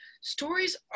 stories